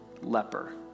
leper